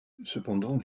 cependant